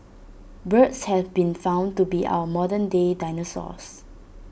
birds have been found to be our modern day dinosaurs